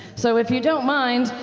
so if you don't mind,